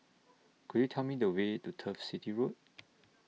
Could YOU Tell Me The Way to Turf City Road